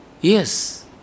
Yes